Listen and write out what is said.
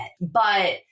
but-